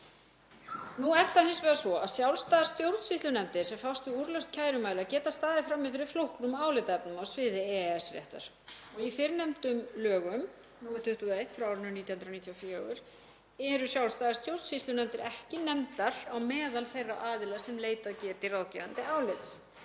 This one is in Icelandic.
Nú er það hins vegar svo að sjálfstæðar stjórnsýslunefndir sem fást við úrlausn kærumála geta staðið frammi fyrir flóknum álitaefnum á sviði EES-réttar. Í fyrrnefndum lögum, nr. 21/1994, eru sjálfstæðar stjórnsýslunefndir ekki nefndar á meðal þeirra aðila sem leitað geti ráðgefandi álits.